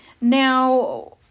Now